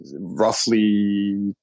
roughly